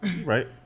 Right